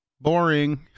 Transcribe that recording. Boring